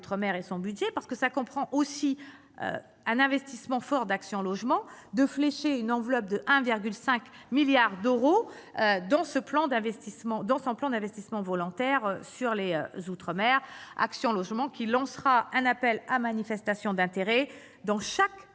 des outre-mer, l'engagement fort d'Action Logement de flécher une enveloppe de 1,5 milliard d'euros dans son plan d'investissement volontaire outre-mer. Action Logement lancera un appel à manifestation d'intérêt dans chaque